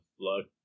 luck